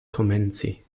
komenci